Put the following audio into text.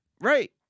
right